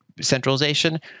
centralization